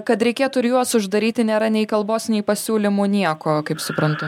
kad reikėtų ir juos uždaryti nėra nei kalbos nei pasiūlymų nieko kaip suprantu